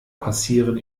passieren